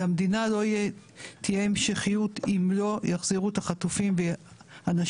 למדינה לא תהיה המשכיות אם לא יחזירו את החטופים ואנשים